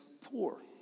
poor